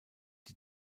die